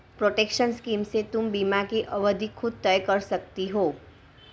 protection scheme से तुम बीमा की अवधि खुद तय कर सकती हो